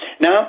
Now